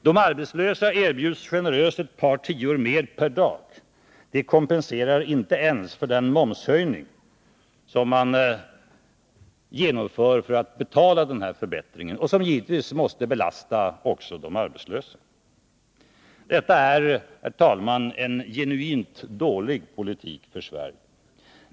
De arbetslösa erbjuds generöst ett par tior mer per dag. Det kompenserar inte ens för den momshöjning som man genomför för att betala den här förbättringen och som givetvis måste belasta också de arbetslösa. Detta är, herr talman, en genuint dålig politik för Sverige.